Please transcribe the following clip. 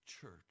church